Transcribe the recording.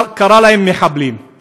קרא להם מחבלים.